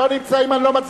לא נמצאים, אני לא מצביע.